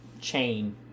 chain